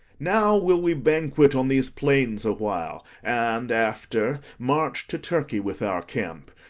now will we banquet on these plains a while, and after march to turkey with our camp,